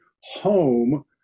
home